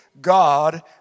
God